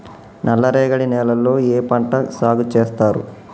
నల్లరేగడి నేలల్లో ఏ పంట సాగు చేస్తారు?